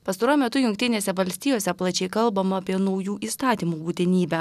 pastaruoju metu jungtinėse valstijose plačiai kalbama apie naujų įstatymų būtinybę